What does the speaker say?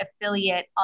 affiliate